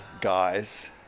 guys